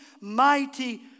mighty